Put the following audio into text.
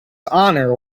honour